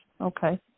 Okay